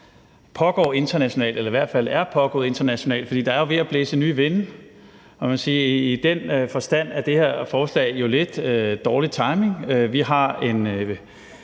pågår internationalt, eller som i hvert fald er pågået internationalt. For der er jo ved at blæse nye vinde, må man sige, og i den forstand er det her forslag jo lidt dårlig timing.